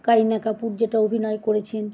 করিনা কপূর যেটা অভিনয় করেছেন